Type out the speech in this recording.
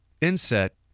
Inset